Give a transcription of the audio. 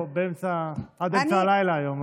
אנחנו נמצאים פה עד אמצע הלילה היום.